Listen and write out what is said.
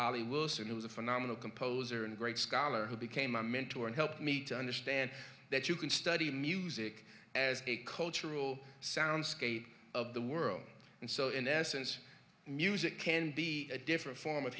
ali wilson who was a phenomenal composer and great scholar who became my mentor and helped me to understand that you can study music as a cultural soundscape of the world and so in essence music can be a different form of